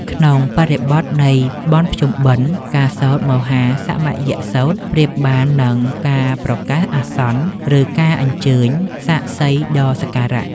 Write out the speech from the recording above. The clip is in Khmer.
ក្នុងបរិបទនៃបុណ្យភ្ជុំបិណ្ឌ ការសូត្រមហាសមយសូត្រប្រៀបបាននឹងការប្រកាសអាសន្ន ឬការអញ្ជើញសាក្សីដ៏សក្ការៈ